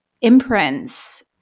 imprints